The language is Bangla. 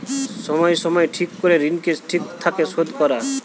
সময় সময় ঠিক করে ঋণকে ঠিক থাকে শোধ করা